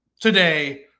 today